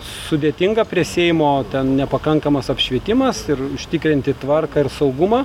sudėtinga prie seimo ten nepakankamas apšvietimas ir užtikrinti tvarką ir saugumą